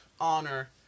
honor